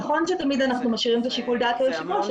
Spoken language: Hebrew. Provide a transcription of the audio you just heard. נכון שתמיד אנחנו משאירים את שיקול הדעת ליושב-ראש,